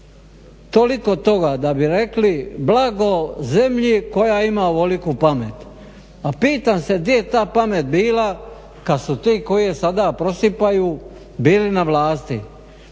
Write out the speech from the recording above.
toliko toga da bi rekli blago zemlji koja ima ovoliku pamet. A pitam se gdje je ta pamet bila kad su ti koji je sada prosipaju bili na vlasti?